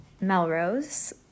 Melrose